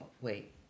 wait